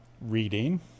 reading